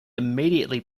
immediately